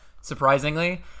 surprisingly